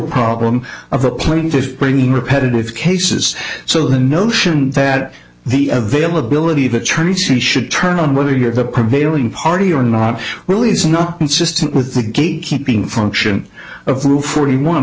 problem of the plaintiff bringing repetitive cases so the notion that the availability of attorneys who should turn on whether you're the prevailing party or not really is not consistent with the gate keeping function of roof forty one